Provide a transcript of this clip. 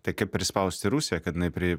tai kaip prispausti rusiją kad jinai pri